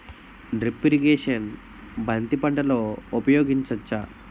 Drip irrigation బంతి పంటలో ఊపయోగించచ్చ?